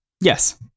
Yes